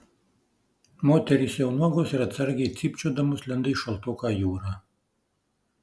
moterys jau nuogos ir atsargiai cypčiodamos lenda į šaltoką jūrą